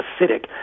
acidic